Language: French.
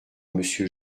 monsieur